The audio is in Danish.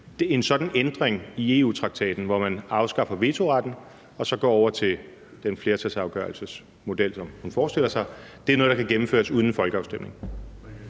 at en sådan ændring i EU-traktaten, hvor man afskaffer vetoretten og så går over til den flertalsafgørelsesmodel, som hun forestiller sig, er noget, der kan gennemføres uden en folkeafstemning.